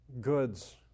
goods